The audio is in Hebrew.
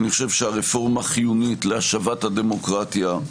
אני חושב שהרפורמה חיונית להשבת הדמוקרטיה,